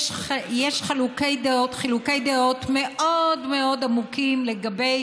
יש חילוקי דעות מאוד מאוד עמוקים לגבי